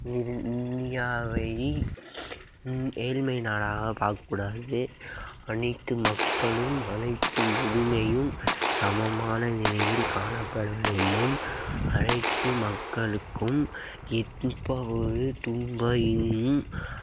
இந்தியாவை ஏழ்மை நாடாக பார்க்கக்கூடாது அனைத்து மக்களும் அனைத்து உரிமையும் சமமான நிலையில் காணப்பட வேண்டும் அனைத்து மக்களுக்கும் எந்த ஒரு துன்பமும்